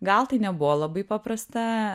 gal tai nebuvo labai paprasta